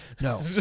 No